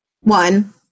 one